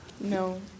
No